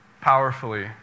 powerfully